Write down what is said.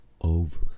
over